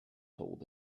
told